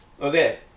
Okay